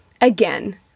again